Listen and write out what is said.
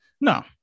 No